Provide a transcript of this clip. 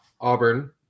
Auburn